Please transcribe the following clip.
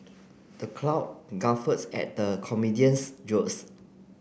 the crowd guffaws at the comedian's jokes